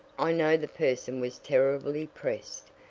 i know the person was terribly pressed,